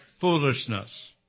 foolishness